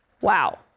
Wow